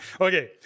Okay